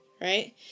right